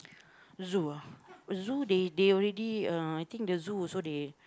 zoo ah zoo they they already uh I think the zoo also they